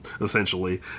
essentially